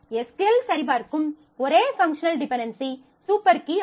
SQL சரிபார்க்கும் ஒரே functional dependency super key ஆகும்